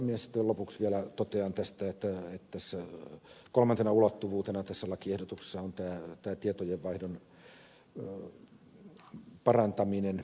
sitten lopuksi vielä totean että kolmantena ulottuvuutena tässä lakiehdotuksessa on tämä tietojen vaihdon parantaminen